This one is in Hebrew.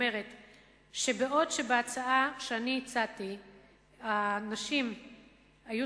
בעוד שבהצעה שאני הצעתי הנשים היו